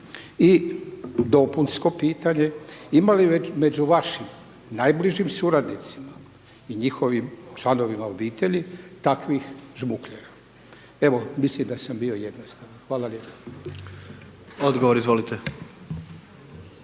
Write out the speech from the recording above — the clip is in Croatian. I dopunsko pitanje, ima li među vašim najbližim suradnicima i njihovim članovima obitelji takvih žmuklera? Evo, mislim da sam bio jednostavan. Hvala lijepo. **Jandroković,